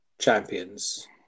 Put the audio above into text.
champions